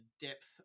depth